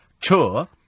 tour